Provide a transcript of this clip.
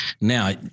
Now